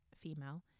female